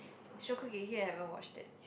Shokugeki I haven't watched it